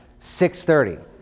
6.30